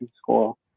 school